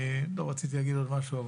רציתי להגיד עוד משהו,